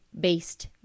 based